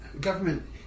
government